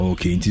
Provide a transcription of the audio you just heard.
Okay